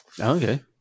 okay